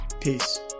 Peace